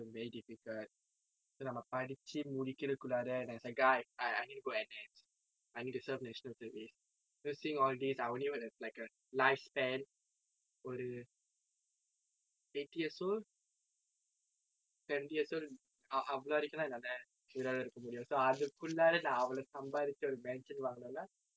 is very difficult so நம்ம படித்து முடிகிறதுக்குல்லரே:namma paditthu mudikirathukkullaare and as a guy I I need to go N_S I need to serve national service seeing all these I only would have a lifespan ஒரு:oru eighty years old seventy years old அவ்வளவு வரைக்கும் தான் என்னால உயிரோட இருக்க முடியும்:avvalvu varaikkum thaan ennaala uyiroda irukka mudiyum so அதுக்குள்ளாற நான் அவ்வளவு சம்பாதிச்சு ஒரு:athukkullaara naan avvavlu sambaathicchu oru mansion வாங்கணும்னா:vaanganumnaa